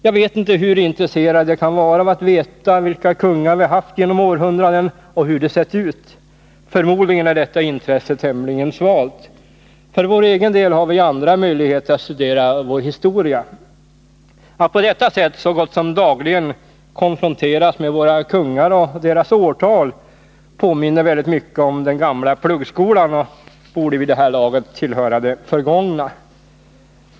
Jag vet inte hur intresserade de kan vara av att veta vilka kungar vi har haft genom århundraden och hur de sett ut. Förmodligen är detta intresse tämligen svalt. För vår egen del har vi ju andra möjligheter att studera vår historia. Att på detta sätt så gott som dagligen konfronteras med våra kungar och deras årtal påminner väldigt mycket om den gamla pluggskolan och borde vid det här laget tillhöra det förgångna.